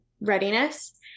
readiness